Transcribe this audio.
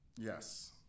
Yes